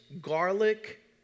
garlic